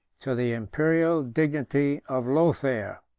to the imperial dignity of lothaire.